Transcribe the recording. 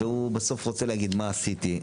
והוא בסוף רוצה להגיד מה עשיתי,